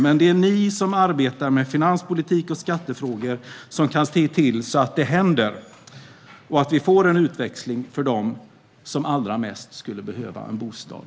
Men det är ni som arbetar med finanspolitik och skattefrågor som kan se till att det händer och att vi får en utväxling för dem som allra mest behöver en bostad.